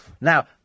Now